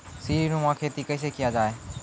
सीडीनुमा खेती कैसे किया जाय?